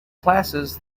classes